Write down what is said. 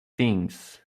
things